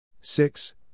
six